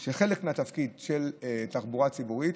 שהוא חלק מהתפקיד של תחבורה ציבורית,